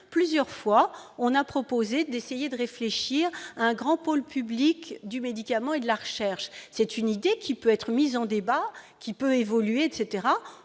plusieurs fois on a proposé d'essayer de réfléchir à un grand pôle public du médicament et de la recherche, c'est une idée qui peut être mis en débat qui peut évoluer etc,